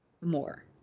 more